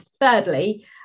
thirdly